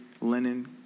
linen